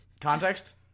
Context